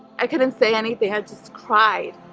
i couldn't. say anything, had just cried